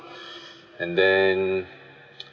and then